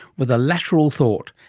with a lateral thought,